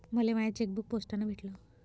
मले माय चेकबुक पोस्टानं भेटल